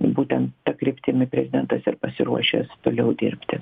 būtent ta kryptimi prezidentas ir pasiruošęs toliau dirbti